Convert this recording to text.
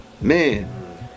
man